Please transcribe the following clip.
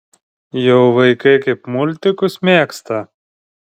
jau vaikai kaip multikus mėgsta